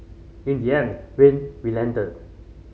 in the end Wayne relented